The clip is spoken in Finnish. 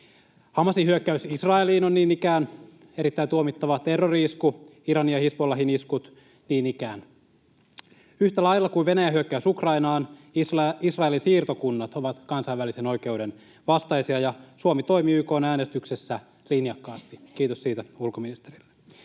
Hamasin hyökkäys Israeliin on niin ikään erittäin tuomittava terrori-isku, Iranin ja Hizbollahin iskut niin ikään. Yhtä lailla kuin Venäjän hyökkäys Ukrainaan ovat Israelin siirtokunnat kansainvälisen oikeuden vastaisia, ja Suomi toimi YK:n äänestyksessä linjakkaasti. Kiitos siitä ulkoministerille.